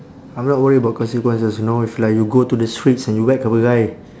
I'm not worried about consequences you know if like you go to the streets and you whack a guy